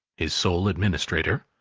his sole administrator,